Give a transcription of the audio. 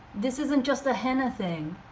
this isn't just a henna thing